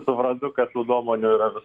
suprantu kad tų nuomonių yra vis